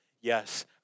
Yes